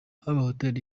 hotel